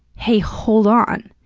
hey, hold on.